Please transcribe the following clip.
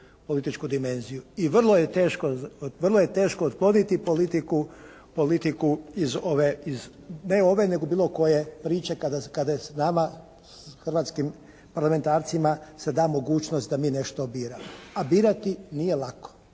političku dimenziju i vrlo je teško otkloniti politiku iz ove, ne ove nego bilo koje priče kada je nama hrvatskim parlamentarcima se da mogućnost da mi nešto biramo, a birati nije lako